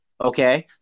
okay